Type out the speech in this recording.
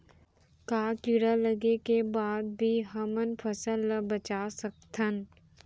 का कीड़ा लगे के बाद भी हमन फसल ल बचा सकथन?